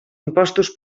impostos